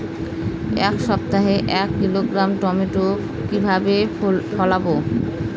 এক সপ্তাহে এক কিলোগ্রাম টমেটো কিভাবে ফলাবো?